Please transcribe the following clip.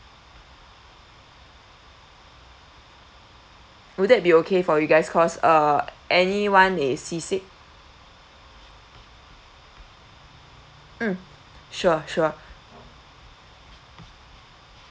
would that be okay for you guys cause uh anyone is seasick mm sure sure